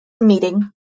meeting